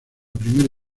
primera